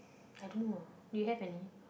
I don't know uh do you have any